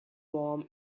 warm